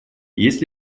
есть